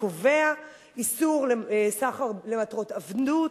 הקובע איסור סחר למטרות עבדות,